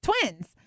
twins